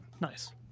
nice